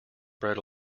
bread